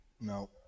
no